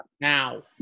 Now